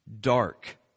dark